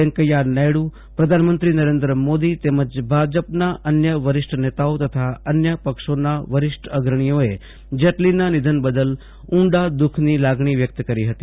વૈંકયા નાયડ઼ પ્રધાનમંત્રી નરેન્દ્ર મોદી તેમજ ભાજપના અન્ય વરીષ્ઠ નેતાઓ તથા અન્ય પક્ષોના વરીષ્ઠ અગ્રણીઓએ જેટલીના નિધન બદલ ઉંડી દ્વખની લાગણી વ્યક્ત કરી હતી